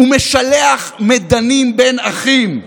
ומשלח מדנים בין אחים,